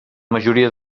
majoria